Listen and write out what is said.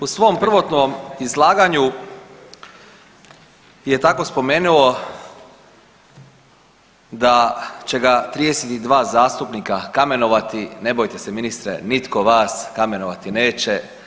U svom prvotnom izlaganju je tako spomenuo da će ga 32 zastupnika kamenovati, ne bojte se, ministre, nitko vas kamenovati neće.